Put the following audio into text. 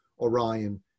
Orion